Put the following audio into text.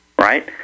Right